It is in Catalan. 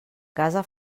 casa